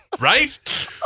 right